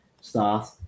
start